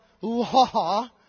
law